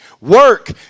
Work